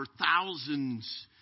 thousands